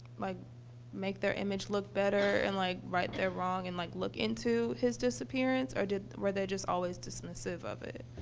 like make their image look better and, like, write their wrong and like look into his disappearance? or were they just always dismissive of it,